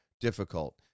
difficult